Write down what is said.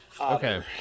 Okay